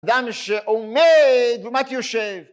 אדם שעומד, לעומת יושב.